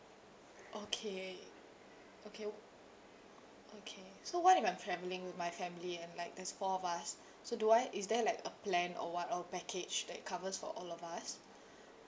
okay okay w~ okay so what if I'm travelling with my family and like there's four of us so do I is there like a plan or what or package that covers for all of us